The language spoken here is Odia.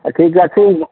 ଠିକ୍ ଅଛି